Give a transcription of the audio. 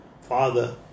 father